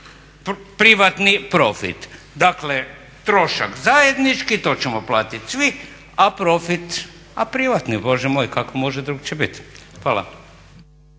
privatni profit. Dakle, trošak zajednički, to ćemo platiti svi, a profit a privatni, a Bože moj kako može drukčije bit. Hvala.